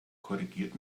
korrigiert